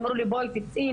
אמרו לי בואי תצאי,